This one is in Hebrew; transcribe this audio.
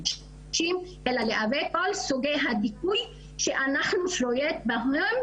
אלא להיאבק על כל סוגי הדיכוי, שאנחנו נתקלות בהן